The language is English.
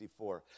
1964